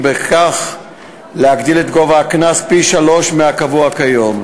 ובכך להגדיל את הקנס פי-שלושה מהקבוע כיום.